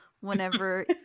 whenever